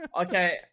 Okay